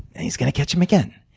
and he's gonna catch them again.